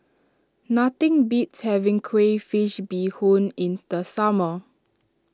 nothing beats having Crayfish BeeHoon in the summer